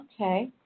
Okay